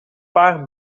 paar